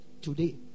today